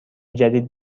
جدید